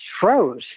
froze